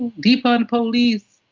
defund police!